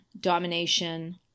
domination